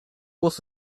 was